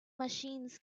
machines